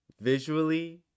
Visually